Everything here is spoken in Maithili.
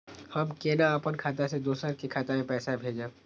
हम केना अपन खाता से दोसर के खाता में पैसा भेजब?